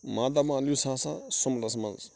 ماتامال یُس ہسا سُمبِلس منٛز